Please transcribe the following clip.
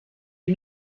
you